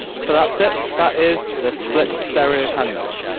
so, that's it. that is the split stereo pan mode.